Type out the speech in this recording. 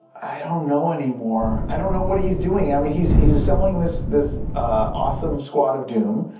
i don't know anymore. i don't know what he's doing. i mean, he's he's assembling this this awesome squad of doom.